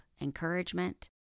encouragement